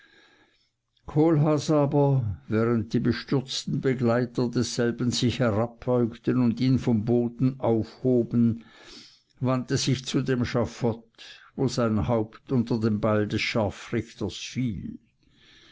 kohlhaas aber während die bestürzten begleiter desselben sich herabbeugten und ihn vom boden aufhoben wandte sich zu dem schafott wo sein haupt unter dem beil des scharfrichters fiel